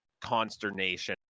consternation